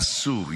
אסור.